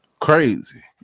crazy